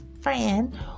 friend